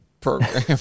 program